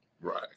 Right